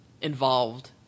involved